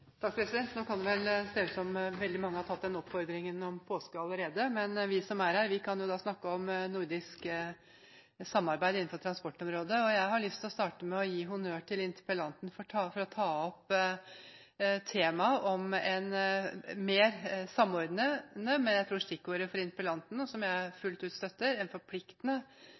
Nå kan det vel se ut som om veldig mange har tatt oppfordringen om påske allerede, men vi som er her, kan jo snakke om nordisk samarbeid innenfor transportområdet. Jeg har lyst til å starte med å gi honnør til interpellanten for å ta opp temaet om mer samordning, men stikkordet for interpellanten om en forpliktende plan støtter jeg fullt ut